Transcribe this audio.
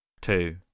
Two